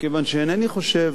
מכיוון שאינני חושב